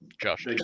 Josh